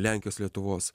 lenkijos lietuvos